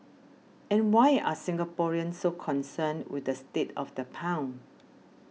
and why are Singaporeans so concerned with the state of the pound